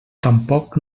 tampoc